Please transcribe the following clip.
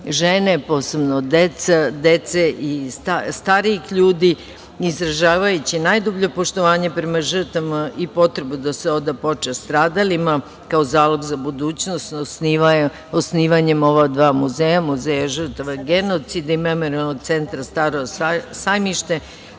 žena, posebno dece i starijih ljudi, izražavajući najdublje poštovanje prema žrtvama i potrebu da se oda počast stradalima kao zalog za budućnost. Osnivanjem ova dva muzeja, Muzeja žrtava genocida i Memorijalnog centra „Staro sajmište“